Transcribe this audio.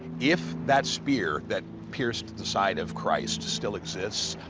if that spear that pierced the side of christ still exists,